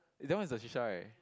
is that one a shisha right